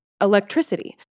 electricity